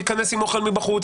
ייכנס עם אוכל מבחוץ,